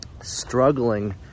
struggling